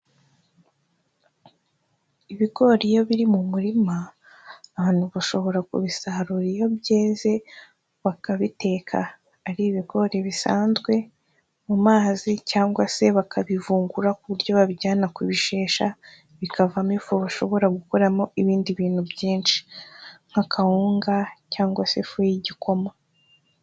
Ibigori iyo biri mu murima abantu bashobora kubisarura iyo byeze, bakabiteka ari ibigori bisanzwe mu mazi cyangwa se bakabivungura ku buryo babijyana kubishesha bikavamo ifu bashobora gukuramo ibindi bintu byinshi nk'akawunga cyangwa se ifu y'igikoma.